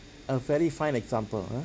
a very fine example ah